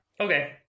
Okay